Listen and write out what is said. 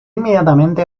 inmediatamente